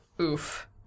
Oof